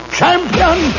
champion